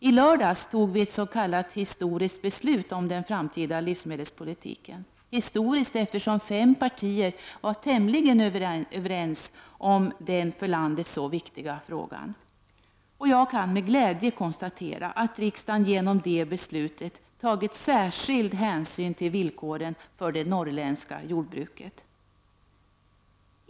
I lördags fattade vi ett s.k. historiskt beslut om den framtida livsmedelspolitiken, historiskt eftersom fem partier var tämligen överens om denna för landet så viktiga fråga. Jag kan med glädje konstatera att riksdagen genom det beslutet tagit särskild hänsyn till villkoren för det norrländska jordbruket.